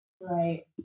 Right